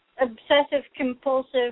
obsessive-compulsive